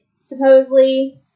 supposedly